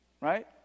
Right